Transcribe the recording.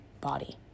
body